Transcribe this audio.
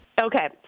Okay